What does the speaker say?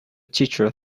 teacher